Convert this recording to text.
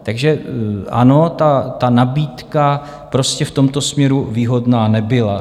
Takže ano, ta nabídka prostě v tomto směru výhodná nebyla.